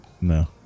No